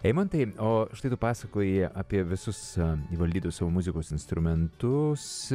eimantai o štai tu pasakoji apie visus įvaldyti savo muzikos instrumentus